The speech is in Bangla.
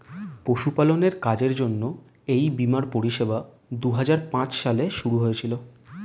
পশুপালনের কাজের জন্য এই বীমার পরিষেবা দুহাজার পাঁচ সালে শুরু হয়েছিল